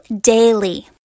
daily